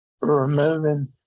removing